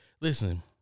listen